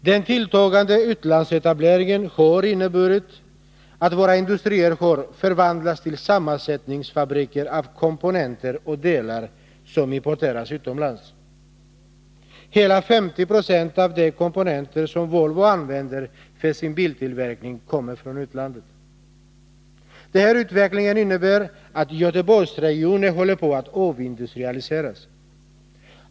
Den tilltagande utlandsetableringen har inneburit att våra industrier har förvandlats till fabriker för sammansättning av komponenter och delar som importeras hit. Hela 50 90 av komponenterna som Volvo använder för sin biltillverkning kommer från utlandet. Den utvecklingen innebär att Göteborgsregionen håller på att avindustrialiseras.